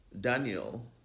Daniel